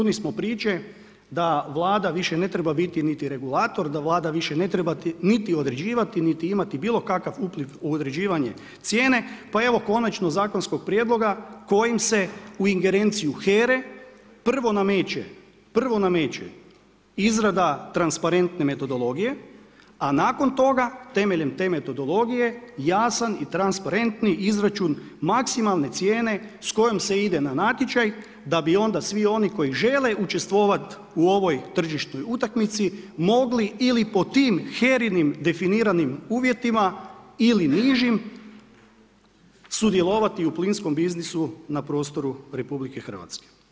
Puni smo priče da Vlada više ne treba biti niti regulator da vlada više ne treba niti određivati niti imati bilo kakav u određivanju cijene, pa evo, konačno zakonskog prijedloga koji se u ingerenciju HERA-e prvo nameće, prvo nameće izrada transparentne metodologije a nakon toga temeljem te metodologije jasan i transparentni izračun maksimalne cijene sa kojom se ide na natječaj, da bi onda svi oni koji žele učestvovat u ovoj tržišnoj utakmici mogli ili po tim HERA-inim definiranim uvjetima ili nižim sudjelovati u plinskom biznisu na prostoru Republike Hrvatske.